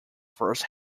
first